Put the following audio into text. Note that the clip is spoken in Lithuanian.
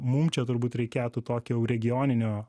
mum čia turbūt reikėtų tokio jau regioninio